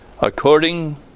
according